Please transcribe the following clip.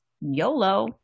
YOLO